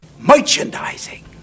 Merchandising